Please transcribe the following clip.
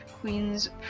Queen's